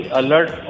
alert